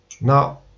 now